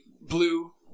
Blue